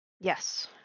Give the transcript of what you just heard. Yes